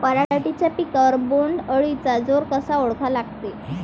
पराटीच्या पिकावर बोण्ड अळीचा जोर कसा ओळखा लागते?